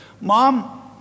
Mom